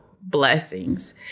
blessings